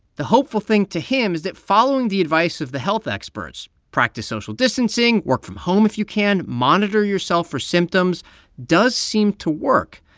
the hopeful thing to him is that following the advice of the health experts practice social distancing, work from home if you can, monitor yourself for symptoms does seem to work.